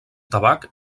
tabac